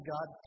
God